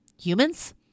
humans